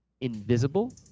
Invisible